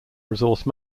resource